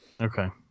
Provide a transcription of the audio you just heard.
Okay